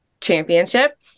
championship